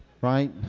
right